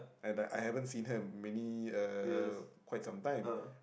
and I I haven't seen her in many uh quite some time